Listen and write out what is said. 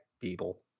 people